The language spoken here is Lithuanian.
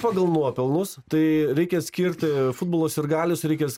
pagal nuopelnus tai reikia skirti futbolo sirgalius reikia s